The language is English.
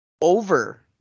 over